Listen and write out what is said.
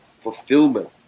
fulfillment